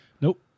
Nope